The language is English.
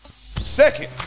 Second